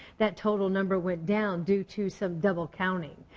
that total number was down due to so double counting.